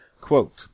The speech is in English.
Quote